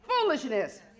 foolishness